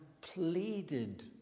pleaded